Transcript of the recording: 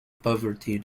poverty